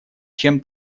чем